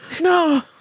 No